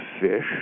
fish